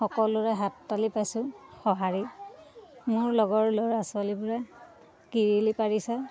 সকলোৰে হাততালি পাইছোঁ সহাৰী মোৰ লগৰ ল'ৰা ছোৱালীবোৰে কৰিলি কাৰিছে